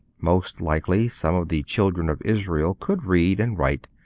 most likely some of the children of israel could read and write,